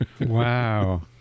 Wow